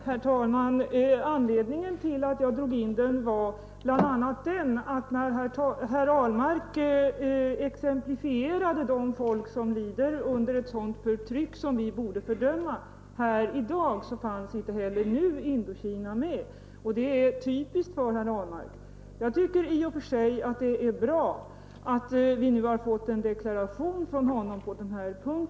Herr talman! Anledningen till att jag drog in denna fråga var bl.a. att när herr Ahlmark exemplifierade de folk som lider under sådant förtryck Nr 57 som vi borde fördöma här i dag så fanns inte heller nu Indokina med. Torsdagen den Och det är typiskt för herr Ahlmark. Jag tycker i och för sig att det är 13 april 1972 bra att vi nyss har fått en deklaration från honom på denna punkt.